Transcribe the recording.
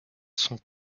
sont